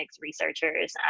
researchers